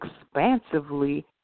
expansively